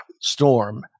storm